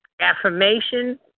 affirmation